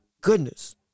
goodness